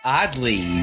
oddly